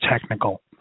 technical